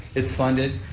it's funded,